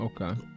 okay